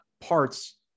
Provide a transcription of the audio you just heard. parts